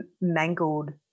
mangled